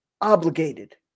obligated